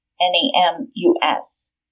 N-A-M-U-S